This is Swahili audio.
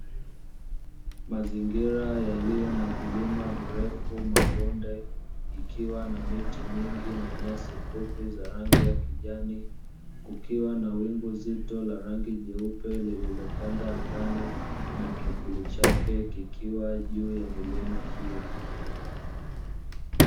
Mazingira yaliyo na vilima virefu, mabonde ikiwa na miti mingi na nyasi fupi za rangi ya kijani, kukiwa na wingu zito la rangi jeupe lililotanda angani na kimvuli chake kikiwa juu ya milima hiyo.